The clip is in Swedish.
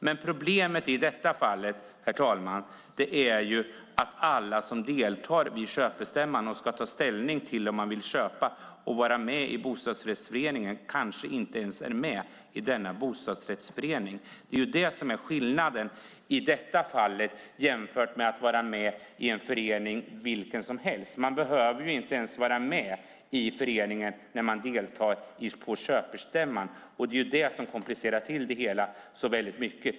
Men problemet i detta fall, herr talman, är att alla som deltar i köpstämman och tar ställning till om man vill köpa och vara med i bostadsrättsföreningen kanske inte ens är med i denna bostadsrättsförening. Det är ju det som är skillnaden jämfört med att vara med i en förening vilken som helst. Man behöver inte ens vara med i föreningen när man deltar på köpstämman, och det är det som komplicerar det hela så mycket.